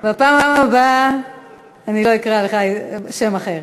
בפעם הבאה אני לא אקרא לך בשם אחר,